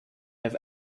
have